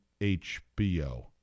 HBO